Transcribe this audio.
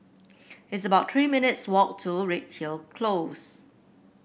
it's about Three minutes walk to Redhill Close